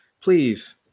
please